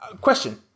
Question